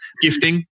Gifting